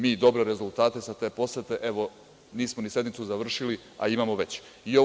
Mi dobre rezultate sa te posete, evo, nismo ni sednicu završili, a već imamo.